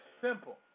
simple